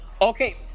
Okay